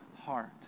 heart